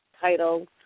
title